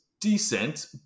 decent